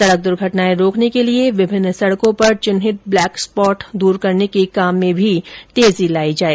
सड़क दुर्घटनाएं रोकने के लिए विभिन्न सड़कों पर चिन्हित ब्लैक स्पॉट दूर करने के काम में भी तेजी लायी जाए